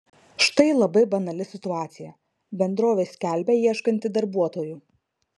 štai labai banali situacija bendrovė skelbia ieškanti darbuotojų